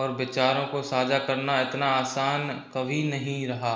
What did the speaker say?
और विचारों को साँझा करना इतना आसान कभी नहीं रहा